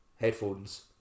headphones